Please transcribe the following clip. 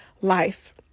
life